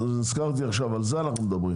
נזכרתי עכשיו שעל זה אנחנו מדברים.